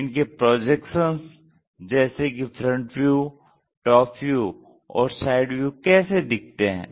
इनके प्रोजेक्शन जैसे कि फ्रंट व्यू टॉप व्यू और साइड व्यू कैसे दिखते हैं